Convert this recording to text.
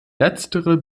letztere